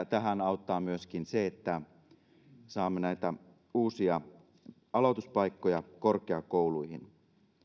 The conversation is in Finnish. tähän auttaa myöskin se että saamme näitä uusia aloituspaikkoja korkeakouluihin